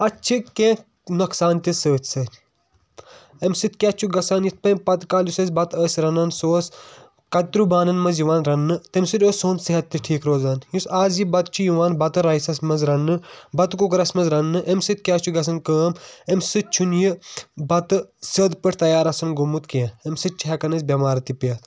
اَتھ چھِ کیٚنٛہہ نۄقصان تہِ سۭتۍ سۭتۍ اَمہِ سۭتۍ کیٚاہ چھُ گژھان یِتھ کٕنۍ پَتہٕ کالہٕ یُس أسۍ بَتہٕ ٲسۍ رَنان سُہ اوس کَتروو بانن منٛز یِوان رَننہٕ تَمہِ سۭتۍ اوس سون صحت تہِ ٹھیٖک روزان یُس آز یہِ بَتہِ چھُ یِوان بَتہٕ رایسس منٛز رَننہٕ بَتہٕ کُکرَس منٛز رَننہٕ اَمہِ سۭتۍ کیٚاہ چھُ گژھان کٲم اَمہِ سۭتۍ چھُ نہٕ یہِ بَتہٕ سیوٚد پٲٹھۍ تَیار آسان گوٚمُت کیٚنٛہہ اَمہِ سۭتۍ چھِ ہٮ۪کان أسۍ بیٚمار تہِ پیٚتھ